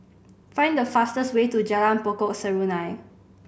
find the fastest way to Jalan Pokok Serunai